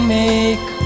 make